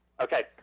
Okay